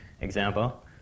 example